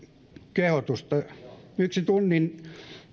kehotusta yksi tunnin